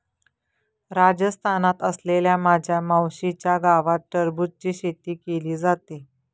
राजस्थानात असलेल्या माझ्या मावशीच्या गावात टरबूजची शेती केली जाते